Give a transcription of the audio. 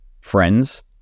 Friends